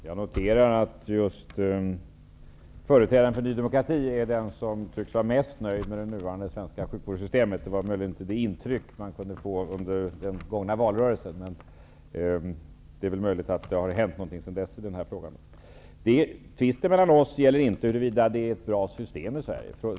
Herr talman! Jag noterar att just företrädaren för Ny demokrati är den som tycks vara mest nöjd med det nuvarande svenska sjukvårdssystemet. Det var kanske inte det intryck man kunde få under den gångna valrörelsen, men det är möjligt att det har hänt något sedan dess i denna fråga. Tvisten mellan oss gäller inte huruvida vi har ett bra system i Sverige.